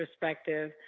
perspective